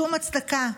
שום הצדקה,